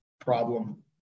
problem